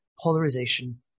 polarization